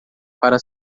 para